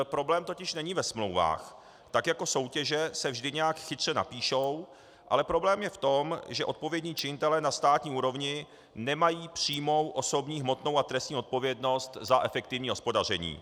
Problém totiž není ve smlouvách, tak jako soutěže se vždy nějak chytře napíšou, ale problém je v tom, že odpovědní činitelé na státní úrovni nemají přímou osobní hmotnou a trestní odpovědnost a efektivní hospodaření.